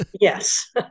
Yes